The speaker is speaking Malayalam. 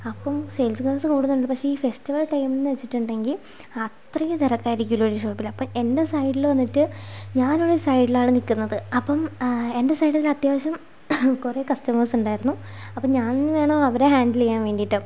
അപ്പം സെയിൽസ് ഗേൾസ് കൂടുതലുണ്ട് പക്ഷെ ഈ ഫെസ്റ്റിവൽ ടൈം എന്നു വച്ചിട്ടുണ്ടെങ്കിൽ അത്രയ്ക്കും തിരക്കായിരിക്കുമല്ലോ ഒരു ഷോപ്പിൽ അപ്പോൾ എൻ്റെ സൈഡിൽ വന്നിട്ട് ഞാനൊരു സൈഡിലാണ് നിൽക്കുന്നത് അപ്പം എൻ്റെ സൈഡിൽ അത്യാവശ്യം കുറേ കസ്റ്റമേർസ് ഉണ്ടായിരുന്നു അപ്പോൾ ഞാൻ വേണം അവരെ ഹേൻ്റിൽ ചെയ്യാൻ വേണ്ടിയിട്ട്